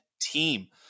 team